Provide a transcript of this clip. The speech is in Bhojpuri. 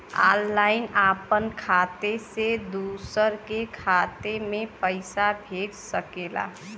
ऑनलाइन आपन खाते से दूसर के खाते मे पइसा भेज सकेला